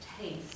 taste